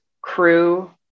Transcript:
crew